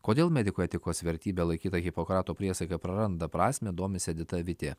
kodėl medikų etikos vertybe laikyta hipokrato priesaika praranda prasmę domisi edita vitė